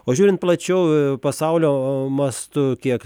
o žiūrint plačiau pasaulio mastu kiek